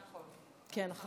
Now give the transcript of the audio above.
תודה רבה, גברתי היושבת-ראש.